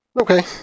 Okay